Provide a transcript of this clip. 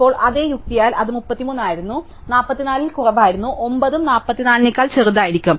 ഇപ്പോൾ അതേ യുക്തിയാൽ അത് 33 ആയിരുന്നു 44 ൽ കുറവായിരുന്നു 9 ഉം 44 നെക്കാൾ ചെറുതായിരിക്കും